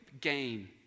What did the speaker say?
gain